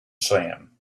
sand